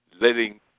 letting